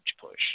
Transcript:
push